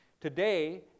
Today